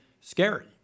scary